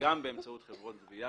גם באמצעות חברות גבייה,